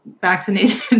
vaccinated